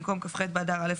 במקום "כ"ח באדר א'